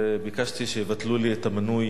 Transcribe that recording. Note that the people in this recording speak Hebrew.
וביקשתי שיבטלו לי את המינוי